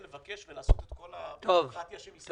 לבקש ולעשות את כל הביורוקרטיה שמסביב.